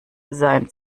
sein